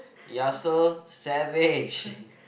you're so savage